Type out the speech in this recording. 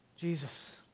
Jesus